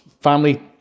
family